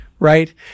Right